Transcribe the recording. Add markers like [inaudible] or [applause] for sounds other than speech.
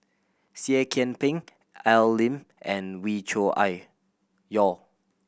Seah Kian Peng Al Lim and Wee Cho [unintelligible] Yaw